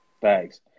Thanks